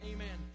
Amen